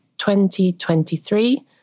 2023